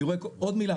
עוד מילה,